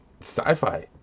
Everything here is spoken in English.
sci-fi